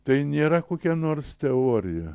tai nėra kokia nors teorija